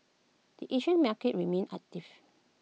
the Asian market remained active